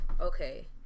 okay